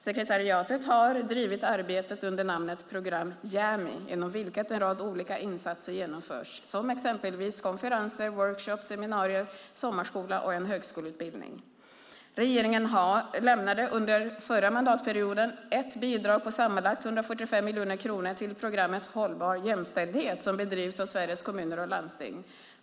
Sekretariatet har drivit arbetet under namnet Program Jämi, inom vilket en rad olika insatser genomförts, som exempelvis konferenser, workshoppar, seminarier, sommarskola och en högskoleutbildning. Regeringen lämnade under förra mandatperioden ett bidrag på sammanlagt 145 miljoner kronor till programmet Hållbar jämställdhet, som bedrivs av Sveriges Kommuner och Landsting.